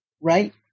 right